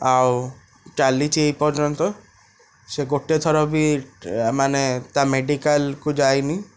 ଆଉ ଚାଲିଛି ଏପର୍ଯ୍ୟନ୍ତ ସେ ଗୋଟେଥର ବି ଆ ମାନେ ତା ମେଡ଼ିକାଲକୁ ଯାଇନି